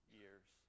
years